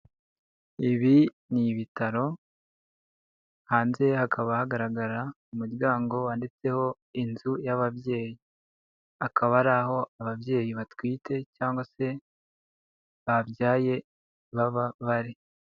Ibi ni ibitaro hanze hakaba hagaragara umuryango wanditseho inzu y'ababyeyi. Akaba ari aho ababyeyi batwite cyangwa se babyaye baba bari.